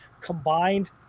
combined